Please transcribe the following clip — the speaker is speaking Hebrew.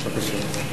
בבקשה.